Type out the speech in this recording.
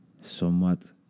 somewhat